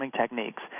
techniques